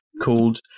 called